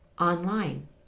online